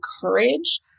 courage